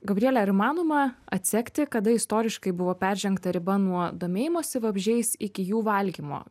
gabriele ar įmanoma atsekti kada istoriškai buvo peržengta riba nuo domėjimosi vabzdžiais iki jų valgymo